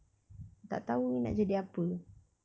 tak tahu nak jadi apa